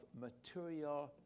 material